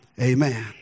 Amen